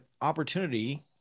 opportunity